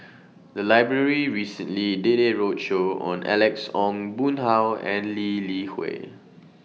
The Library recently did A roadshow on Alex Ong Boon Hau and Lee Li Hui